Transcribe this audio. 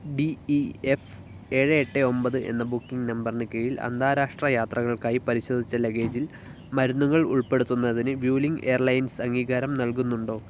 D E F ഏഴ് എട്ട് ഒമ്പത് എന്ന ബുക്കിംഗ് നമ്പറിന് കീഴിൽ അന്താരാഷ്ട്ര യാത്രകൾക്കായി പരിശോധിച്ച ലഗേജിൽ മരുന്നുകൾ ഉൾപ്പെടുത്തുന്നതിന് വ്യുലിംഗ് എയർലൈൻസ് അംഗീകാരം നൽകുന്നുണ്ടോ